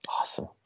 Awesome